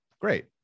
great